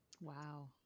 Wow